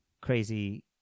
crazy